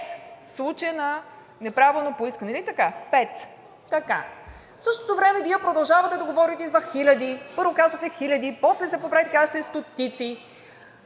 пет случая неправилно поискани. Нали така? Пет. В същото време Вие продължавате да говорите за хиляди. Първо, казахте хиляди, после се поправихте и казахте стотици.